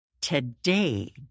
today